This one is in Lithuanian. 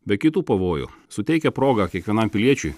be kitų pavojų suteikia progą kiekvienam piliečiui